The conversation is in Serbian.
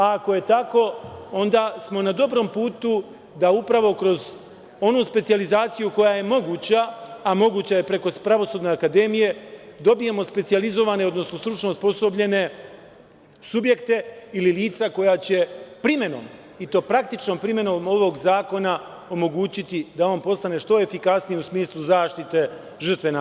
Ako je tako, onda smo na dobrom putu da upravo kroz onu specijalizaciju koja je moguća, a moguća je preko Pravosudne akademije, dobijemo specijalizovane, odnosno stručno osposobljene subjekte ili lica koja će primenom, i to praktičnom primenom ovog zakona, omogućiti da on postane što efikasniji, u smislu zaštite žrtve nasilja.